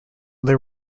their